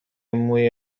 موی